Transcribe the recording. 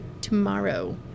Tomorrow